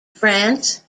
france